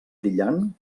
brillant